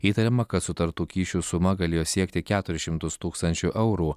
įtariama kad sutartų kyšių suma galėjo siekti keturis šimtus tūkstančių eurų